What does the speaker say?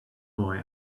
boy